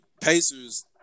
Pacers